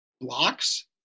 blocks